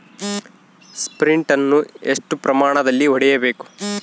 Sprint ಅನ್ನು ಎಷ್ಟು ಪ್ರಮಾಣದಲ್ಲಿ ಹೊಡೆಯಬೇಕು?